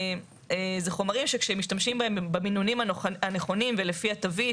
זה חומרים שכשמשתמשים בהם במינונים הנכונים ולפי התווית